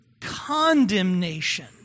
condemnation